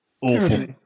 Awful